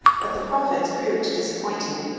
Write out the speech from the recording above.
but the profits proved disappointing.